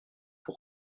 vous